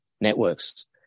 networks